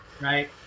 right